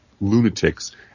lunatics